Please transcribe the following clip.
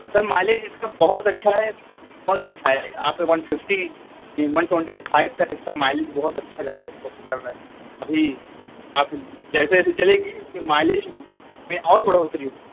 تو sir mileage اس کا بہت اچھا ہے بہت اچھا ہے آپ one fifty one twenty five تک اس کا مائلج بہت اچھا جا رہا ہے اس کا ابھی آپ جیسے جیسے چلے گی اس کے مائلج میں اور بڑھوتری ہوگی